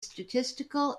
statistical